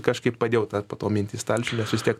kažkaip padėjau tą po to mintį į stalčių nes vistiek